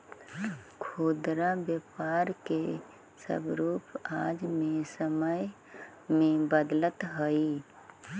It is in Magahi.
खुदरा व्यापार के स्वरूप आज के समय में बदलित हइ